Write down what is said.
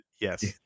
yes